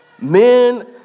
men